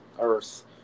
Earth